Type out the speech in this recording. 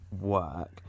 work